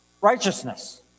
righteousness